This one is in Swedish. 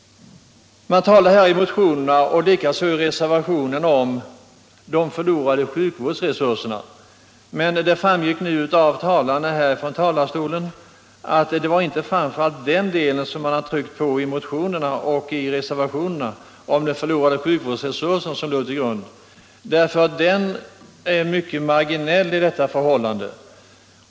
Man talar i motionerna och likaså i reservationen om de förlorade sjukvårdsresurserna. Men det framgick av anförandena i talarstolen att det inte framför allt var den del som man tryckt på i motionerna och reservationerna — de förlorade sjukvårdsresurserna — som låg till grund för önskemålen, för de är mycket marginella.